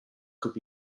could